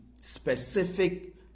specific